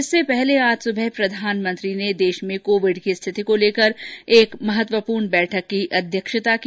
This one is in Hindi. इससे पहले आज सुबह प्रधानमंत्री नरेन्द्र मोदी ने देश में कोविड़ की स्थिति को लेकर आज एक महत्वपूर्ण बैठक की अध्यक्षता की